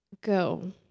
go